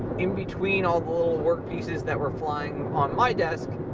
in between all the little work pieces that were flying on my desk,